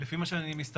לפי מה שמסתמן,